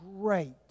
great